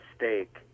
mistake